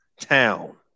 town